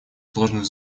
сложных